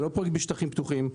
זה לא פרויקט בשטחים פתוחים.